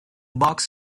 box